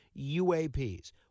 UAPs